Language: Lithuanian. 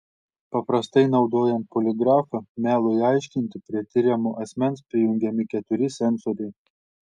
paprastai naudojant poligrafą melui aiškinti prie tiriamo asmens prijungiami keturi sensoriai